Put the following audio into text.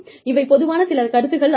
இவை பொதுவான சில கருத்துக்கள் ஆகும்